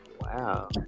Wow